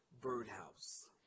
birdhouse